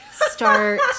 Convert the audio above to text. start